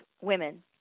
women